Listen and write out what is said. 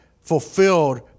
fulfilled